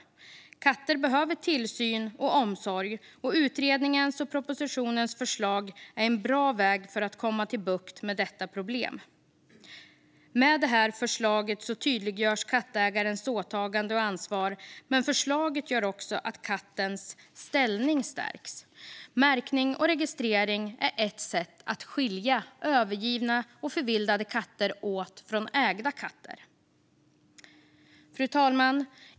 Katter är tamdjur som behöver tillsyn och omsorg, och utredningens och propositionens förslag är en bra väg för att komma till rätta med detta problem. Med det här förslaget tydliggörs kattägarens åtagande och ansvar, men förslaget gör också att kattens ställning stärks. Märkning och registrering är ett sätt att skilja övergivna och förvildade katter från ägda katter. Fru talman!